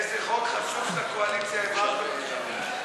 איזה חוק חשוב של הקואליציה העברתם עכשיו.